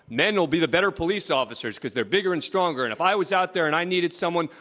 men will be the better police officers because they're bigger and stronger. and if i was out there, and i needed someone,